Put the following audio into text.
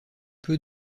peu